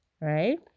right